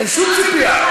אין שום ציפייה.